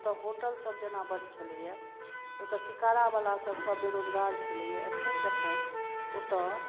ओतय होटल सब जेना बड छलैया ओतय शिकारा वला सब सब बेरोजगार छलैया जखन जखन ओतय